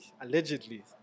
allegedly